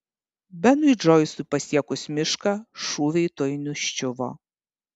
benui džoisui pasiekus mišką šūviai tuoj nuščiuvo